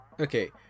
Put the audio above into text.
Okay